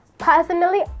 Personally